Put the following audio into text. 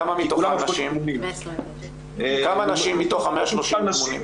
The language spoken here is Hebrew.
כמה נשים מתוך ה-130 ממונים?